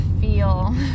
feel